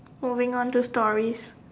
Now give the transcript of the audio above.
moving on to stories